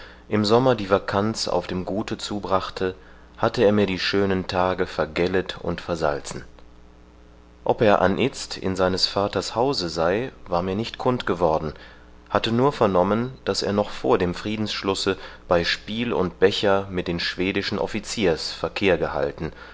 im sommer die vacanz auf dem gute zubrachte hatte er mir die schönen tage vergället und versalzen ob er anitzt in seines vaters hause sei war mir nicht kund geworden hatte nur vernommen daß er noch vor dem friedensschlusse bei spiel und becher mit den schwedischen offiziers verkehr gehalten